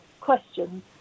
questions